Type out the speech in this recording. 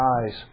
eyes